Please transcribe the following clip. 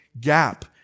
gap